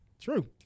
True